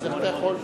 אז איך אתה יכול?